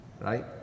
right